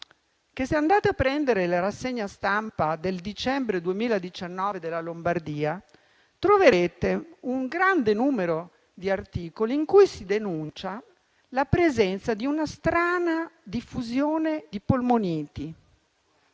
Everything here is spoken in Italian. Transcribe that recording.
se andate a prendere la rassegna stampa del dicembre 2019 della Lombardia, troverete un grande numero di articoli in cui si denuncia la presenza di una strana diffusione di polmoniti,